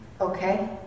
Okay